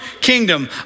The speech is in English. kingdom